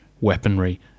weaponry